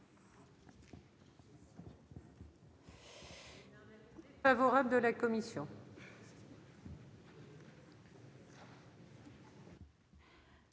Merci